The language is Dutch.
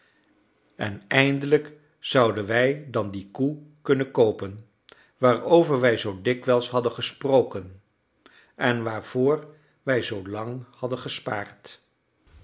en eindelijk zouden wij dan die koe kunnen koopen waarover wij zoo dikwijls hadden gesproken en waarvoor wij zoolang hadden gespaard